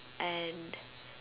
and